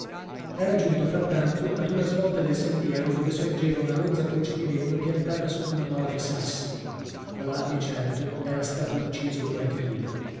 preghiere era giunto frattanto ad una svolta del sentiero dove sorgeva una rozza croce di legno piantata su d'una mora di sassi colà di certo era stato ucciso qualcheduno